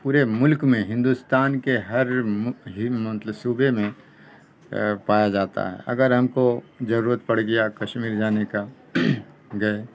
پورے ملک میں ہندوستان کے ہر مطلب صوبے میں پایا جاتا ہے اگر ہم کو ضرورت پڑ گیا کشمیر جانے کا گئے